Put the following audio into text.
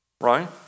right